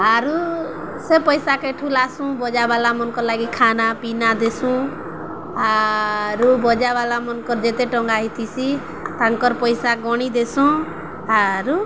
ଆରୁ ସେ ପଇସାକେ ଠୁଲାସୁଁ ବଜା ବାଲା ମନଙ୍କର୍ ଲାଗି ଖାନାପିନା ଦେସୁଁ ଆରୁ ବଜାବାଲା ମାନଙ୍କର୍ ଯେତେ ଟଙ୍କା ହେଇଥିସି ତାଙ୍କର୍ ପଇସା ଗଣି ଦେସୁଁ ଆରୁ